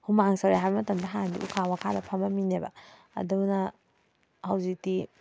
ꯍꯨꯃꯥꯡ ꯁꯧꯔꯦ ꯍꯥꯏꯕ ꯃꯇꯝꯗ ꯍꯥꯟꯅꯗꯤ ꯎꯈꯥ ꯋꯥꯈꯗ ꯐꯝꯃꯝꯃꯤꯅꯦꯕ ꯑꯗꯨꯅ ꯍꯧꯖꯤꯛꯇꯤ